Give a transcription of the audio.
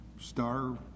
Star